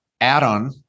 add-on